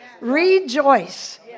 Rejoice